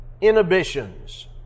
inhibitions